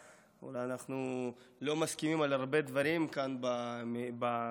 אולי אנחנו לא מסכימים על הרבה דברים כאן במליאת הכנסת,